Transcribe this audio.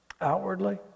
outwardly